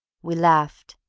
we laughed.